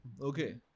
Okay